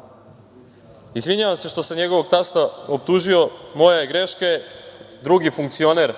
bratu. Izvinjavam se što sam njegovog tasta optužio, moja je greška. Drugi funkcioner,